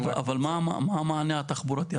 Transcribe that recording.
אבל מה המענה התחבורתי?